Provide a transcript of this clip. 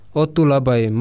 otulabai